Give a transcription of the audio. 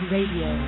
Radio